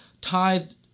tithed